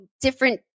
different